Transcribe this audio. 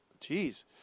Jeez